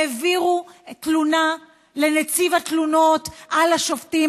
העבירו תלונה לנציב התלונות על השופטים,